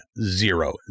Zero